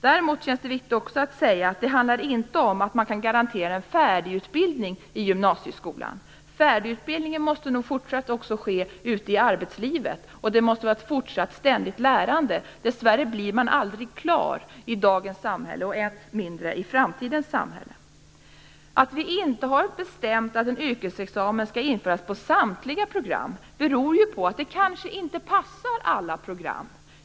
Däremot känns det också viktigt att säga att det inte handlar om att man kan garantera en färdigutbildning i gymnasieskolan. Färdigutbildningen måste nog fortsatt också ske ute i arbetslivet, och det måste vara ett fortsatt ständigt lärande. Dessvärre blir man aldrig klar i dagens samhälle, och än mindre i framtidens samhälle. Att vi inte har bestämt att en yrkesexamen skall införas på samtliga program beror på att det kanske inte passar alla program.